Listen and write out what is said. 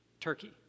Turkey